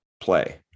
play